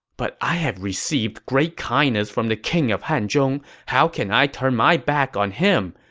but i have received great kindness from the king of hanzhong how can i turn my back on him?